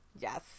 Yes